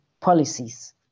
policies